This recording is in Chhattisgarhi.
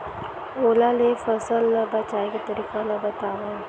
ओला ले फसल ला बचाए के तरीका ला बतावव?